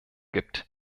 gibt